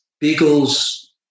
beagles